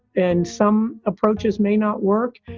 and some approaches may not work.